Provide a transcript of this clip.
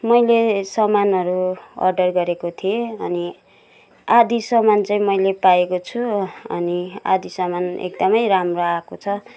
मैले सामानहरू अर्डर गरेको थिएँ अनि आधा सामान चाहिँ मैले पाएको छु अनि आधा सामान एकदमै राम्रो आएको छ